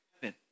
heaven